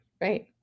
right